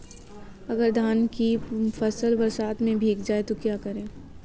अगर धान की फसल बरसात में भीग जाए तो क्या करें?